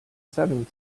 seven